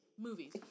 movies